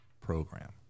program